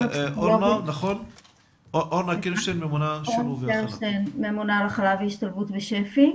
אורנה קרשטיין, ממונה על הכלה והשתלבות בשפ"י.